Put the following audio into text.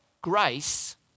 grace